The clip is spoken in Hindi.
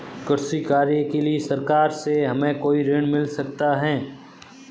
कृषि कार्य के लिए सरकार से हमें कोई ऋण मिल सकता है?